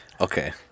Okay